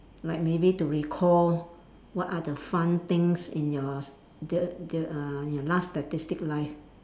like maybe to recall what are the fun things in your st~ the the uh your last statistic life